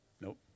Nope